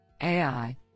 AI